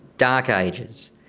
dark ages.